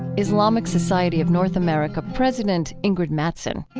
islamic society of north america president ingrid mattson.